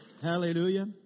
Hallelujah